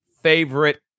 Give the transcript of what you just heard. favorite